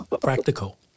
practical